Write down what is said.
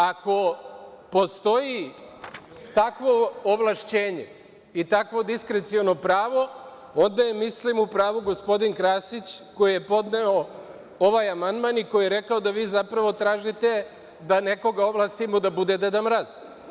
Ako postoji takvo ovlašćenje i takvo diskreciono pravo, onda je, mislim, u pravu gospodin Krasić, koji je podneo ovaj amandman i koji je rekao da vi zapravo tražite da nekoga ovlastimo da bude Deda Mraz.